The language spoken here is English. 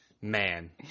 man